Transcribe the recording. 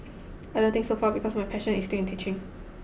I didn't think so far because my passion is still in teaching